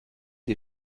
des